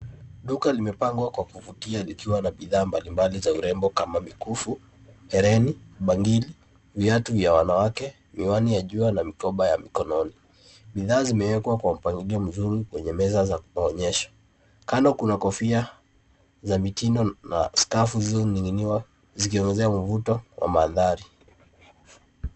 Duka limepangwa kwa kuvutia likiwa na bidhaa mbalimbali za urembo kama mikufu, hereni, bangili, viatu vya wanawake, miwani ya jua na mikoba ya mikononi. Bidhaa zimewekwa kwa mpangilio mzuri kwenye meza za kuonyesha. Kando kuna kofia za mitindo na skafu zilizoning'iniwa zikiongezea mvuto wa mandhari.